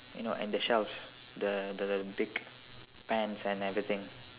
you know in the shelves the the the big pans and everything